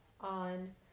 on